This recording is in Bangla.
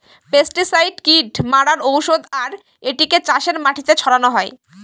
পেস্টিসাইড কীট মারার ঔষধ আর এটিকে চাষের মাটিতে ছড়ানো হয়